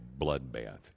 bloodbath